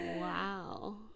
wow